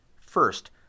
first